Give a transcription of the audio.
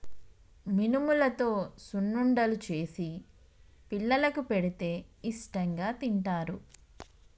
మినుములతో సున్నుండలు చేసి పిల్లలకు పెడితే ఇష్టాంగా తింటారు